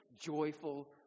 joyful